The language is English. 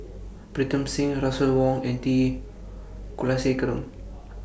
Pritam Singh Russel Wong and T Kulasekaram